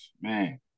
man